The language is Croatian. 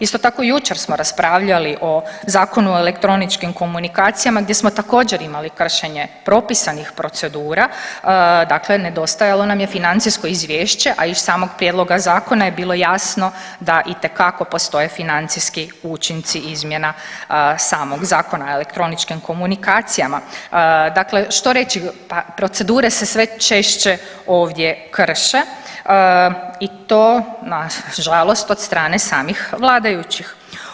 Isto tako jučer smo raspravljali o Zakonu o elektroničkim komunikacijama gdje smo također imali kršenje propisanih procedura, dakle nedostajalo nam je financijsko izvješće, a iz samog prijedloga zakona je bilo jasno da itekako postoje financijski učinci izmjena samog Zakona o elektroničkim komunikacijama, dakle što reći, pa procedure se sve češće ovdje krše i to nažalost od strane samih vladajućih.